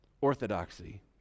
orthodoxy